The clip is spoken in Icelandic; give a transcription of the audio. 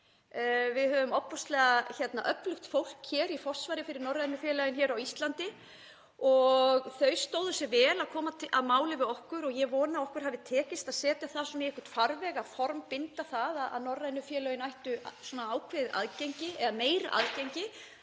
öflugt fólk í forsvari fyrir norrænu félögin hér á Íslandi og þau stóðu sig vel við að koma að máli við okkur og ég vona að okkur hafi tekist að setja það í einhvern farveg að formbinda það að norrænu félögin ættu ákveðið aðgengi, eða meira aðgengi,